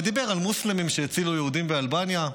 ודיבר על מוסלמים שהצילו יהודים באלבניה,